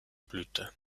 blüte